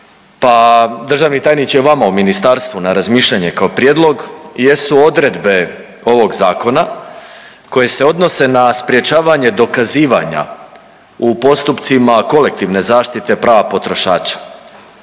državni tajniče i vama, u Ministarstvu na razmišljanje kao prijedlog jesu odredbe ovog Zakona koje se odnose na sprječavanje dokazivanja u postupcima kolektivne zaštite prava potrošača.